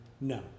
No